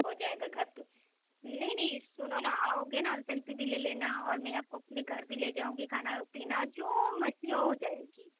हो जाएगा घर पर नहीं नहीं सुनो ना आओगे ना सेल्फी भी ले लेना और मैं आपको अपने घर भी ले जाऊँगी खाना पीना जो मर्ज़ी हो हो जाएगी